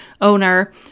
owner